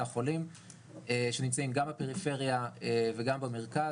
החולים שנמצאים גם בפריפריה וגם במרכז,